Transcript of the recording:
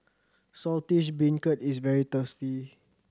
Saltish Beancurd is very tasty